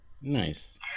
Nice